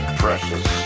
precious